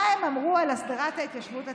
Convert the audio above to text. מה הם אמרו על הסדרת ההתיישבות הצעירה?